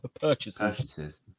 Purchases